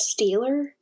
Steeler